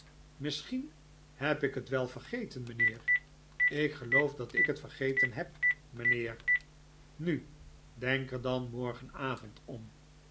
misschien heb ik het vergeten mijnheer ik geloof dat ik het vergeten heb mijnheer nu denk er dan morgenavond om